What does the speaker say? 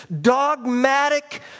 dogmatic